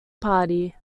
party